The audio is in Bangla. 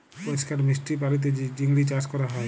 পরিষ্কার মিষ্টি পালিতে যে চিংড়ি চাস ক্যরা হ্যয়